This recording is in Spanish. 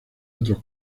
otros